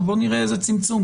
נראה איזה צמצום,